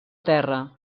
terra